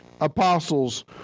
apostles